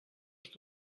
els